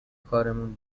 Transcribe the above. کارمون